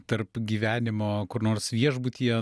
tarp gyvenimo kur nors viešbutyje